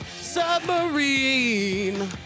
submarine